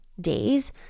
days